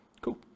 Cool